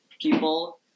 People